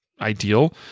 ideal